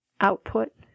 output